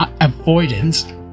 avoidance